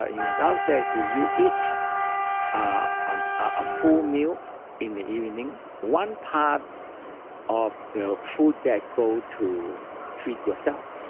ah in the tao say if you eat ah um a full meal in the evening, one part of the food that go to feed yourself.